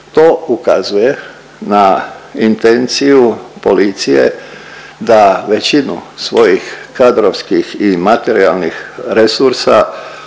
To ukazuje na intenciju policije da većinu svojih kadrovskih i materijalnih resursa